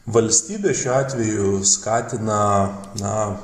valstybė šiuo atveju skatina na